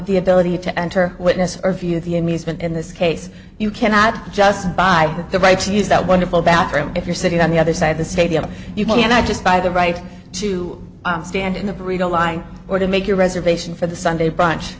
the ability to enter witness or view the amusement in this case you cannot just buy the right to use that wonderful bathroom if you're sitting on the other side of the stadium you cannot just buy the right to stand in the parade online or to make your reservation for the sunday brunch